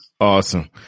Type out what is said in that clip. Awesome